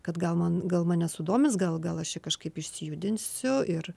kad gal man gal mane sudomins gal gal aš kažkaip išsijudinsiu ir